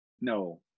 No